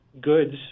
goods